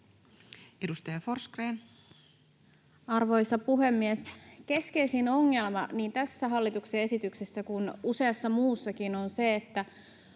16:46 Content: Arvoisa puhemies! Keskeisin ongelma niin tässä hallituksen esityksessä kuin useassa muussakin on se, että